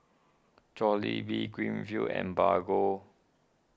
Jollibean Greenfields and Bargo